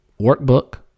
workbook